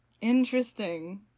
Interesting